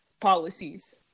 policies